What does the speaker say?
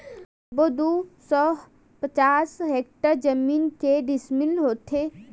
सबो दू सौ पचास हेक्टेयर जमीन के डिसमिल होथे?